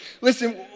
Listen